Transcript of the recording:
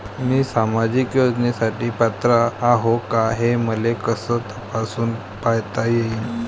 मी सामाजिक योजनेसाठी पात्र आहो का, हे मले कस तपासून पायता येईन?